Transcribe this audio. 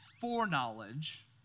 foreknowledge